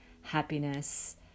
happiness